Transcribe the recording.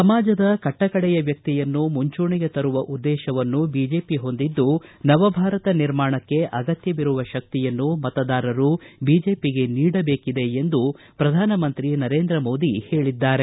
ಸಮಾಜದ ಕಟ್ಟಕಡೆಯ ವ್ಯಕ್ತಿಯನ್ನೂ ಮುಂಚೂಣಿಗೆ ತರುವ ಉದ್ದೇಶವನ್ನು ಬಿಜೆಪಿ ಹೊಂದಿದ್ದು ನವಭಾರತ ನಿರ್ಮಾಣಕ್ಕೆ ಅಗತ್ತವಿರುವ ಶಕ್ತಿಯನ್ನು ಮತದಾರರು ಬಿಜೆಪಿಗೆ ನೀಡಬೇಕಿದೆ ಎಂದು ಪ್ರಧಾನ ಮಂತ್ರಿ ನರೇಂದ್ರ ಮೋದಿ ಹೇಳಿದ್ದಾರೆ